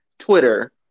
Twitter